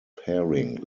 pairing